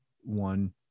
one